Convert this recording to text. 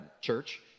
church